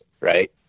right